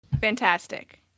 fantastic